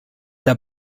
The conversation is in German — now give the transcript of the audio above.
der